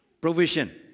Provision